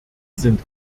sind